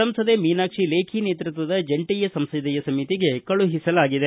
ಸಂಸದೆ ಮೀನಾಕ್ಷಿ ಲೇಖಿ ನೇತೃತ್ವದ ಜಂಟಿ ಸಂಸದೀಯ ಸಮಿತಿಗೆ ಕಳುಹಿಸಲಾಗಿದೆ